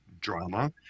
drama